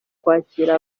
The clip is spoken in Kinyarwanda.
kwakira